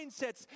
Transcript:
mindsets